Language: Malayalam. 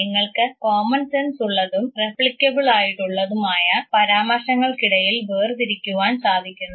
നിങ്ങൾക്ക് കോമൺസെൻസ് ഉള്ളതും റെപ്ലീക്ക്ബിൾ ആയിട്ടുള്ളതുമായ പരാമർശങ്ങൾക്ക് ഇടയിൽ വേർതിരിക്കുവാൻ സാധിക്കുന്നു